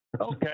Okay